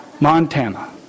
Montana